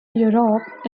europe